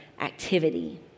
activity